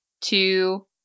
two